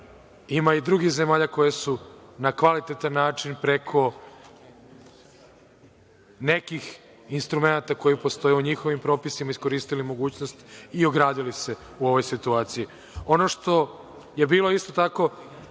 ima i drugih zemalja koje su na kvalitetan način preko nekih instrumenata koji postoje u njihovim propisima iskoristili mogućnost i ogradili se u ovoj situaciji. Ono što je bilo isto tako